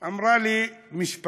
היא אמרה לי משפט,